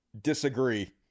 disagree